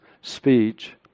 speech